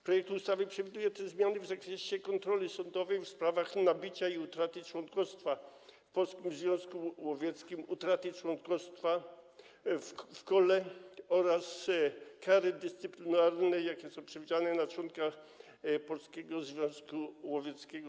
Projekt ustawy przewiduje też zmiany w zakresie kontroli sądowej w sprawach nabycia i utraty członkostwa w Polskim Związku Łowieckim, utraty członkostwa w kole oraz kar dyscyplinarnych z tym związanych, jakie są przewidziane wobec członka Polskiego Związku Łowieckiego.